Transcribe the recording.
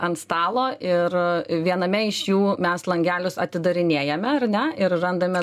ant stalo ir viename iš jų mes langelius atidarinėjame ar ne ir randame